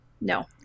no